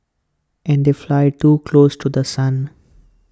and they fly too close to The Sun